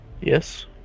Yes